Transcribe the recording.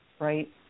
right